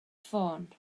ffôn